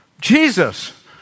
Jesus